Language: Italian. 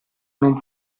non